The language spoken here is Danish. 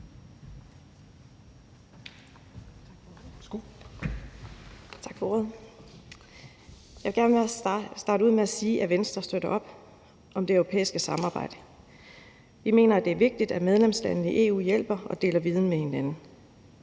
Jeg vil gerne starte med at sige, at Venstre støtter op om det europæiske samarbejde. Vi mener, det er vigtigt, at medlemslandene i EU hjælper og deler viden med hinanden.